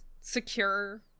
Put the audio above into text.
secure